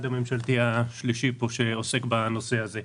הממשלתי השלישי פה שעוסק בנושא הזה.